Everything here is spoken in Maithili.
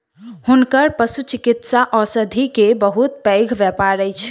हुनकर पशुचिकित्सा औषधि के बहुत पैघ व्यापार अछि